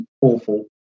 awful